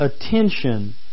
attention